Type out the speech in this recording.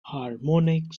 harmonic